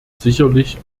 sicherlich